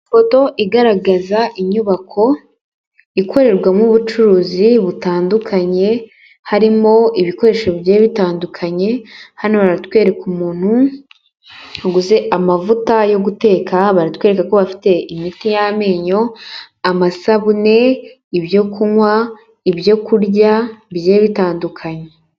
Ifoto igaragaza inyubako ikorerwamo ubucuruzi butandukanye, harimo ibikoresho bitandukanye, hano baratwereka umuntu aguze amavuta yo guteka, baratwereka ko bafite: imiti y'amenyo, amasabune, ibyo kunywa ,ibyo kurya bigiye bitandukanye.